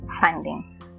funding